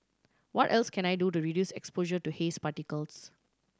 what else can I do the reduce exposure to haze particles